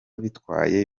bitwaye